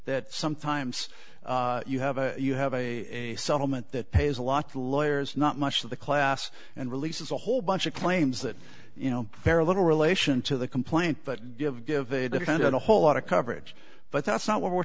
that sometimes you have a you have a settlement that pays a lot of lawyers not much to the class and releases a whole bunch of claims that you know very little relation to the complaint but give give a defendant a whole lot of coverage but that's not what we're